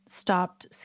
stopped